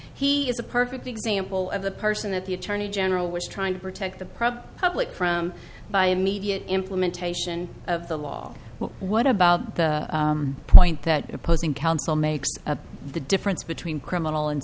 he is a perfect example of the person that the attorney general was trying to protect the problem public by immediate implementation of the law but what about the point that opposing counsel makes the difference between criminal and